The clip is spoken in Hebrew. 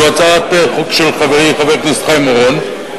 זו הצעת חוק של חברי חבר הכנסת חיים אורון,